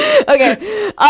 Okay